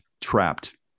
trapped